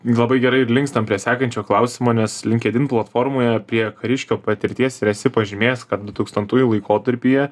labai gerai ir linkstam prie sekančio klausimo nes linkedin platformoje prie kariškio patirties ir esi pažymėjęs kad dutūkstantųjų laikotarpyje